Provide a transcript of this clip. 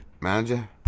manager